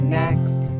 next